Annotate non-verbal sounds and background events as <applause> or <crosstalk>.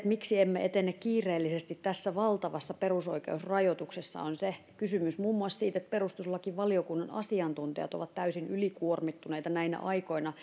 miksi emme etene kiireellisesti tässä valtavassa perusoikeusrajoituksessa on kysymys muun muassa juurikin siitä että perustuslakivaliokunnan asiantuntijat ovat täysin ylikuormittuneita näinä aikoina <unintelligible>